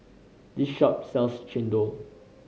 this shop sells chendol